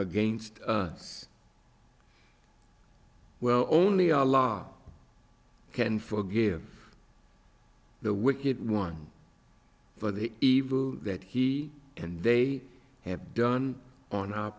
against us well only our law can forgive the wicked one for the evil that he and they have done on